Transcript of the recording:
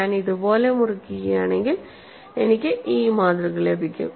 ഞാൻ ഇതുപോലെ മുറിക്കുകയാണെങ്കിൽ എനിക്ക് ഈ മാതൃക ലഭിക്കും